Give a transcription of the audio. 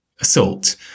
assault